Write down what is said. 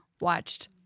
watched